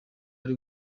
ari